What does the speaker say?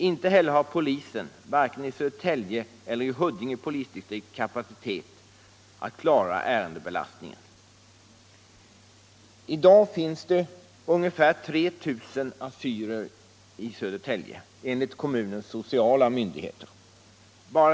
Inte heller har polisen vare sig i Södertälje eller i Huddinge polisdistrikt kapacitet att klara ärendebelastningen. I dag finns det ungefär 3 000 assyrier i Södertälje enligt kommunens sociala myndigheter.